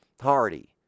Hardy